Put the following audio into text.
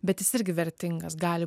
bet jis irgi vertingas gali